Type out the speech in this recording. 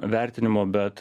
vertinimo bet